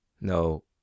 No